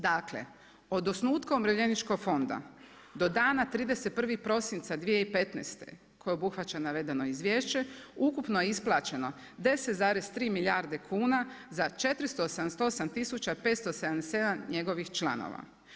Dakle od osnutka umirovljeničkog fonda do dana 31. prosinca 2015. koje obuhvaća navedeno izvješće ukupno je isplaćeno 10,3 milijarde kuna za 488 tisuća 577 njegovih članova.